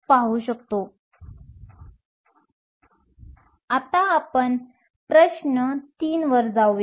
आता आपण प्रश्न 3 वर जाऊया